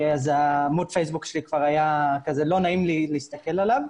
אז עמוד הפייסבוק שלי כבר היה כזה שלא נעים להסתכל עליו.